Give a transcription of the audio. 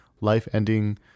life-ending